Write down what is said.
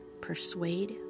persuade